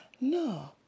No